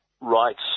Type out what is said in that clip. rights